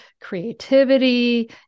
creativity